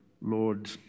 Lord